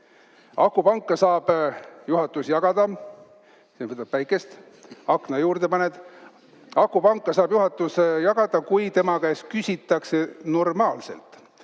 Akupanka saab juhatus jagada, kui tema käest küsitakse normaalselt